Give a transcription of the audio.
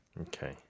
Okay